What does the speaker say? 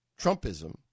Trumpism